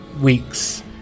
weeks